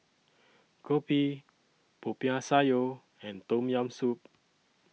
Kopi Popiah Sayur and Tom Yam Soup